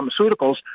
pharmaceuticals